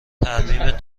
ترمیم